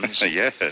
Yes